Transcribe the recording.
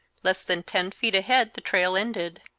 less than ten feet ahead the trail ended.